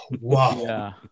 wow